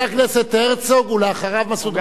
חבר הכנסת הרצוג, ואחריו, מסעוד גנאים.